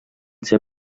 ser